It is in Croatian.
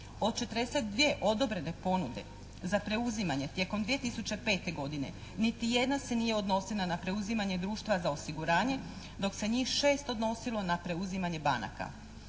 Od 42 odobrene ponude za preuzimanje tijekom 2005. godine niti jedna se nije odnosila na preuzimanje društva za osiguranje dok se njih 6 odnosilo na preuzimanje banaka.